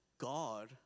God